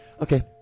Okay